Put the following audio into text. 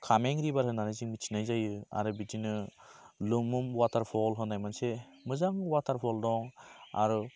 कामें रिभार होनानै जों मिथिनाय जायो आरो बिदिनो लुंमुं वाटार फल होननाय मोनसे मोजां वाटार फल दं आरो